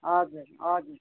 हजुर हजुर